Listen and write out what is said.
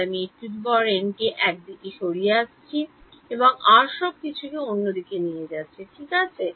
তাহলে আমি কে একদিকে নিয়ে আসছি এবং আর সব কিছুকে অন্য দিকে নিয়ে যাচ্ছি ঠিক আছে